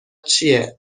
چیه